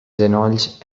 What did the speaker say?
genolls